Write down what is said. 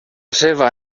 seva